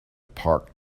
parked